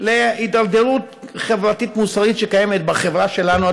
של הידרדרות חברתית-מוסרית שקיימת בחברה שלנו,